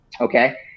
Okay